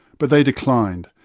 but they declined,